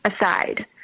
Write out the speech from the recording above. aside